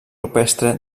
rupestre